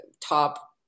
top